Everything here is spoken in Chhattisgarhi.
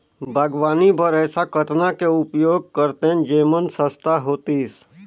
बागवानी बर ऐसा कतना के उपयोग करतेन जेमन सस्ता होतीस?